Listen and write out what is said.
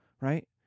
right